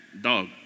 dog